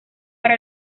para